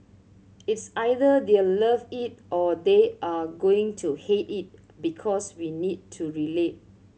it's either they'll love it or they are going to hate it because we need to relate